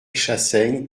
chassaigne